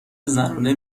زنونه